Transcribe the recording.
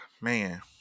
man